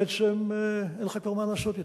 ובעצם אין לך כבר מה לעשות אתן.